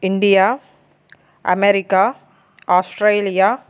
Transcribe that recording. India America Australia